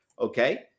Okay